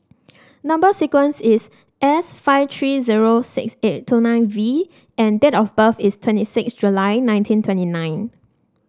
number sequence is S five three zero six eight two nine V and date of birth is twenty six July nineteen twenty nine